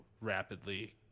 rapidly